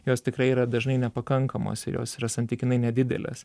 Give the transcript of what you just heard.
jos tikrai yra dažnai nepakankamos ir jos yra santykinai nedidelės